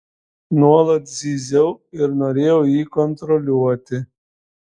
nuolat zyziau ir norėjau jį kontroliuoti